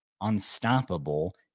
unstoppable